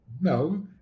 No